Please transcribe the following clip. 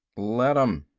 let them.